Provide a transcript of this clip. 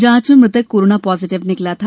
जांच में मुतक कोरोना पॉजिटिव निकला था